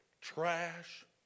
trash